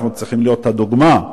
אנחנו צריכים להיות הדוגמה.